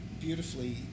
beautifully